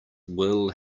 will